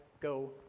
go